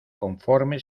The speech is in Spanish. conforme